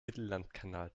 mittellandkanal